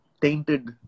tainted